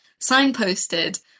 signposted